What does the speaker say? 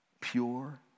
pure